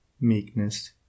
meekness